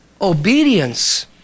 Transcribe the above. obedience